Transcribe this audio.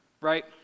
right